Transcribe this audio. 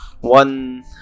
one